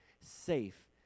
safe